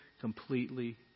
completely